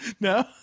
No